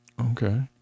Okay